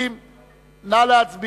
30). נא להצביע.